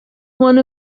one